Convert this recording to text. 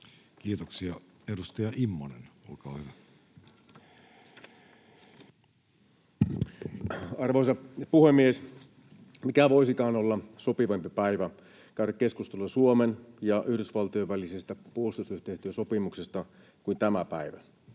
liittyviksi laeiksi Time: 14:31 Content: Arvoisa puhemies! Mikä voisikaan olla sopivampi päivä käydä keskustelua Suomen ja Yhdysvaltojen välisestä puolustusyhteistyösopimuksesta kuin tämä päivä: